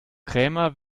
krämer